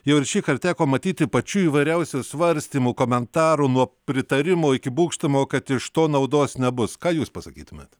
jau ir šįkart teko matyti pačių įvairiausių svarstymų komentarų nuo pritarimo iki būgštavimo kad iš to naudos nebus ką jūs pasakytumėt